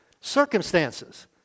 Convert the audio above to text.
circumstances